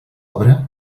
obra